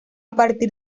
partir